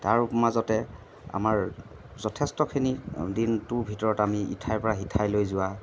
তাৰ মাজতে আমাৰ যথেষ্টখিনি দিনটোৰ ভিতৰত আমি ইঠাইৰপৰা সিঠাইলৈ যোৱা